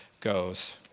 goes